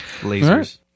Lasers